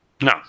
No